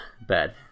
bad